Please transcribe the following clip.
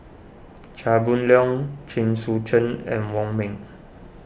Chia Boon Leong Chen Sucheng and Wong Ming